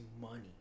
money